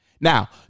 Now